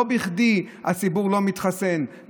לא בכדי הציבור לא מתחסן,